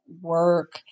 work